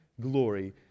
glory